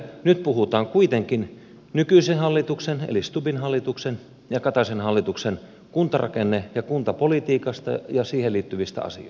nyt puhutaan kuitenkin nykyisen hallituksen eli stubbin hallituksen ja kataisen hallituksen kuntarakenne ja kuntapolitiikasta ja siihen liittyvistä asioista